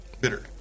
bitter